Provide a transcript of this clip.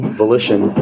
volition